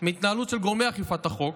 מהתנהלות של גורמי אכיפת החוק,